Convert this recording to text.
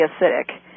acidic